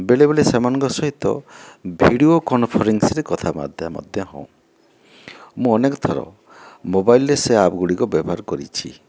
ବେଲେ ବେଲେ ସେମାନଙ୍କ ସହିତ ଭିଡ଼ିଓ କନଫରେନ୍ସରେ କଥାବାର୍ତ୍ତା ମଧ୍ୟ ହେଉ ମୁଁ ଅନେକଥର ମୋବାଇଲରେ ସେ ଆପ୍ ଗୁଡ଼ିକ ବ୍ୟବହାର କରିଛି